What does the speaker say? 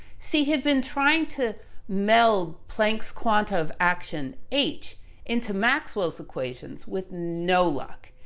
see, he had been trying to meld planck's quanta of action h into maxwell's equations with no luck.